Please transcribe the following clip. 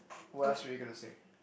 what else were you gonna say